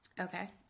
Okay